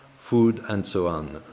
food and so on.